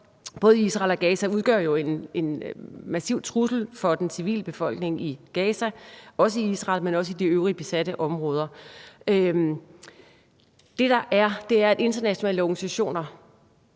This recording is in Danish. både Israel og Gaza jo en massiv trussel for den civile befolkning i Gaza og i Israel, men også i de øvrige besatte områder. Det, der sker, er, at de internationale organisationer